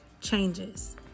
changes